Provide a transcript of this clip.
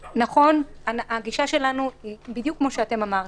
נכון, הגישה שלנו היא בדיוק כפי שאמרתם,